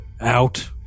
out